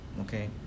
okay